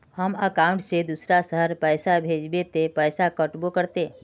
हमर अकाउंट से दूसरा शहर पैसा भेजबे ते पैसा कटबो करते?